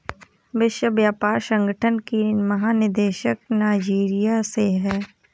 विश्व व्यापार संगठन की महानिदेशक नाइजीरिया से है